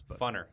funner